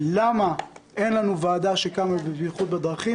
למה אין לנו ועדה שעוסקת בבטיחות בדרכים,